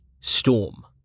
Storm